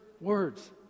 words